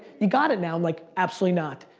you got it now. i'm like, absolutely not.